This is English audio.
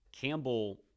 Campbell